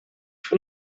von